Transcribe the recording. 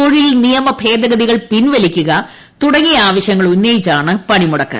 തൊഴിൽ നിയമഭേദഗതി പിൻവലിക്കുക തുടങ്ങിയ ആവശ്യങ്ങൾ ഉന്നയിച്ചാണ് കൾ പണിമുടക്ക്